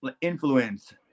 influence